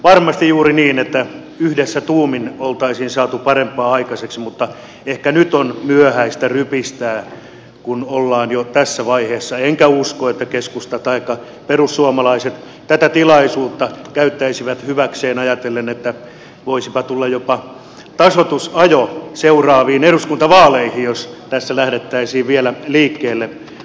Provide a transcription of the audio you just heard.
varmasti juuri niin että yhdessä tuumin oltaisiin saatu parempaa aikaiseksi mutta ehkä nyt on myöhäistä rypistää kun ollaan jo tässä vaiheessa enkä usko että keskusta taikka perussuomalaiset tätä tilaisuutta käyttäisivät hyväkseen ajatellen että voisipa tulla jopa tasoitusajo seuraaviin eduskuntavaaleihin jos tässä lähdettäisiin vielä liikkeelle kovasti ja ponnekkaasti